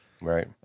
Right